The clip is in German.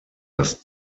dass